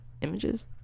images